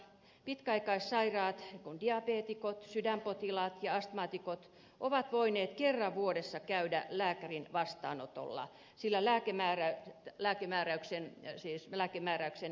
pitkäaikaissairaat kuten diabeetikot sydänpotilaat ja astmaatikot ovat voineet kerran vuodessa käydä lääkärin vastaanotolla sillä lääkemääriä lääkemääräyksiin siis lääkemääräyksen